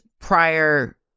prior